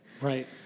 Right